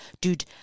dude